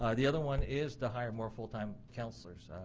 ah the other one is to higher more full time counselors.